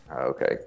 Okay